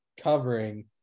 covering